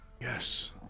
Yes